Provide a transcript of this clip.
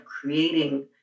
creating